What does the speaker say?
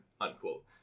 unquote